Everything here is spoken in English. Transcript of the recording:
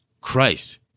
Christ